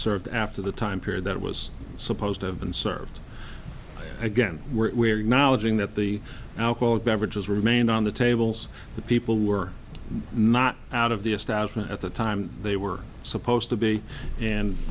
served after the time period that was supposed to have been served again where knowledge in that the alcoholic beverages remained on the tables the people were not out of the establishment at the time they were supposed to be and